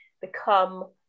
become